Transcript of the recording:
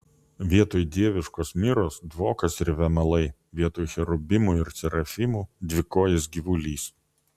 vietoj dieviškos miros dvokas ir vėmalai vietoj cherubinų ir serafimų dvikojis gyvulys